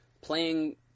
playing